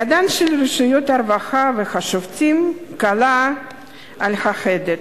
ידם של רשויות הרווחה והשופטים קלה על ההדק.